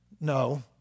no